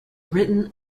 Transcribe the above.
written